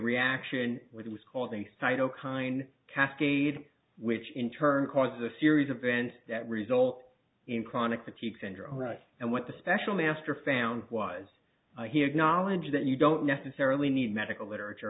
reaction which was called a cytokine cascade which in turn causes a series of events that result in chronic fatigue syndrome and what the special master found was he had knowledge that you don't necessarily need medical literature